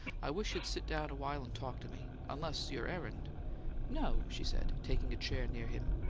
i wish you'd sit down a while and talk to me unless your errand no, she said, taking a chair near him.